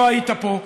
לא היית פה,